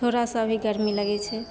थोड़ा सा भी गर्मी लगैत छै